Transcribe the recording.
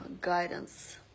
guidance